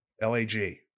LAG